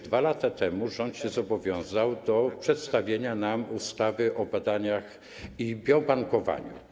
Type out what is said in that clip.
2 lata temu rząd się zobowiązał również do przedstawienia nam ustawy o badaniach i biobankowaniu.